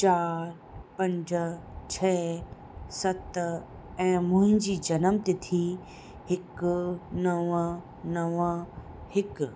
चारि पंज छ सत ऐं मुहिंजी जनम तिथी हिकु नव नव हिकु